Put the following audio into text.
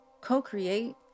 co-create